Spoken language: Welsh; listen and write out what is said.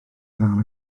ddal